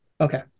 Okay